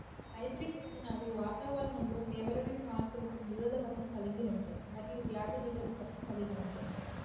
hybrid విత్తనాలు వాతావరణంలో తీవ్రమైన మార్పులకు నిరోధకతను కలిగి ఉంటాయి మరియు వ్యాధి నిరోధకతను కలిగి ఉంటాయి